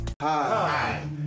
Hi